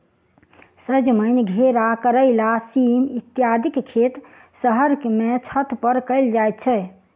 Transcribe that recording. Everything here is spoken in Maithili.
सजमनि, घेरा, करैला, सीम इत्यादिक खेत शहर मे छत पर कयल जाइत छै